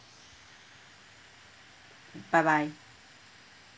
bye bye